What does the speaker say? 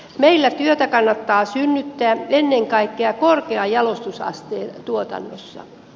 meillä työtä kannattaa synnyttää ennen kaikkea korkean jalostusasteen tuotannossa